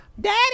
Daddy